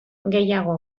gehiago